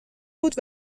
بود